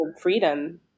freedom